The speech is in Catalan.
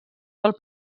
del